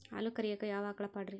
ಹಾಲು ಕರಿಯಾಕ ಯಾವ ಆಕಳ ಪಾಡ್ರೇ?